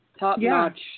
top-notch